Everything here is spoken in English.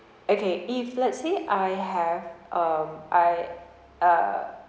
okay if let's say I have um I uh